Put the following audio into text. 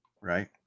right